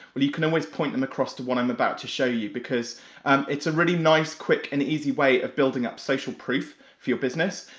but you can always point them across to what i'm about to show you, because um it's a really nice, quick, and easy way of building up social proof for your business,